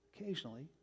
occasionally